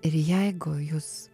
ir jeigu jūs